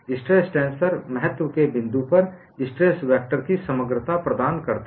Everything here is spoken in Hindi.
स्ट्रेस टेंसर महत्तव के बिंदु पर स्ट्रेस वैक्टर की समग्रता प्रदान करता है